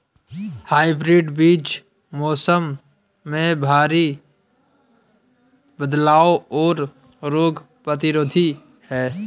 hybrid बीज मौसम में भारी बदलाव और रोग प्रतिरोधी हैं